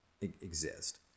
exist